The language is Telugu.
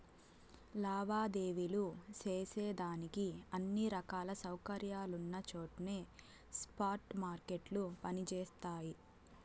లావాదేవీలు సేసేదానికి అన్ని రకాల సౌకర్యాలున్నచోట్నే స్పాట్ మార్కెట్లు పని జేస్తయి